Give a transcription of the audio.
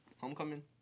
Homecoming